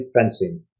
fencing